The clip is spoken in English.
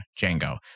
Django